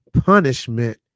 punishment